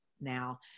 Now